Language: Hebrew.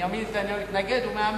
שבנימין נתניהו התנגד להם, הוא מאמץ.